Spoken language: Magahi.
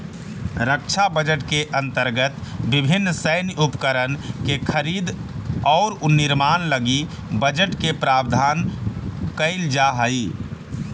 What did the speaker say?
रक्षा बजट के अंतर्गत विभिन्न सैन्य उपकरण के खरीद औउर निर्माण लगी बजट के प्रावधान कईल जाऽ हई